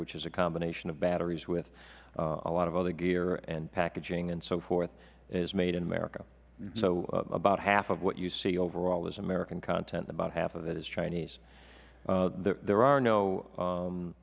which is a combination of batteries with a lot of other gear and packaging and so forth is made in america so about half of what you see overall is american content and about half of it is chinese there are no